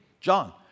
John